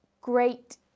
great